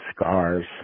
scars